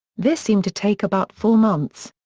this seemed to take about four months.